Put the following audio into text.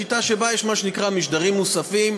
שיטה שבה יש מה שנקרא "משדרים מוספים",